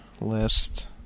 list